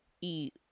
eat